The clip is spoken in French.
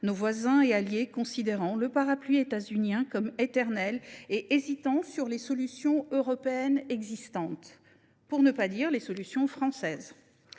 nos voisins et alliés considérant le parapluie états unien comme éternel et hésitant sur les solutions européennes existantes, pour ne pas dire les solutions françaises.